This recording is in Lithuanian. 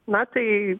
na tai